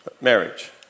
Marriage